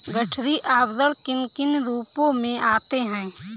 गठरी आवरण किन किन रूपों में आते हैं?